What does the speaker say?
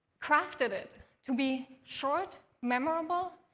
crafted it to be short, memorable,